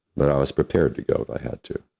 but i was prepared to go if i had to.